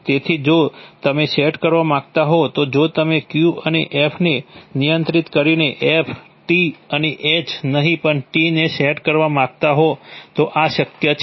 તેથી જો તમે સેટ કરવા માંગતા હો તો જો તમે Q અને F ને નિયંત્રિત કરીને F T અને H નહીં પણ T ને સેટ કરવા માંગતા હો તો આ શક્ય છે